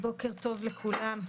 בוקר טוב לכולם.